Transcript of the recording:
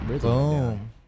Boom